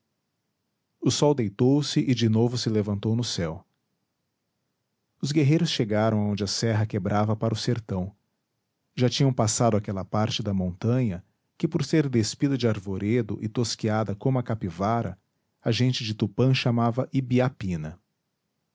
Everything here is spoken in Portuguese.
o sol deitou-se e de novo se levantou no céu os guerreiros chegaram aonde a serra quebrava para o sertão já tinham passado aquela parte da montanha que por ser despida de arvoredo e tosquiada como a capivara a gente de tupã chamava ibiapina